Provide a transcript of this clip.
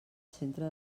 centre